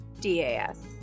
DAS